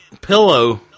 pillow